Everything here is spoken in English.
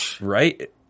Right